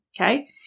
okay